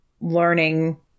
learning